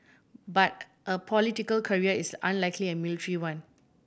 but a political career is unlike a military one